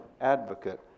advocate